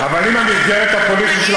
למרות שהתרגלנו לזה בפוליטיקה,